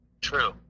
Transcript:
True